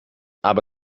aber